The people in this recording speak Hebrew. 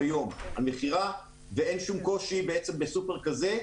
מכירה ואין שום קושי בעצם בסופר כזה,